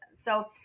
So-